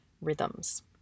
rhythms